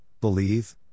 believe